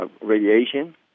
radiation